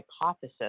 hypothesis